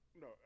No